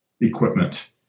equipment